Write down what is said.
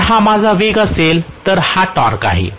जर हा माझा वेग असेल तर हा टॉर्क आहे